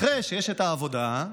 אחרי שיש את העבודה,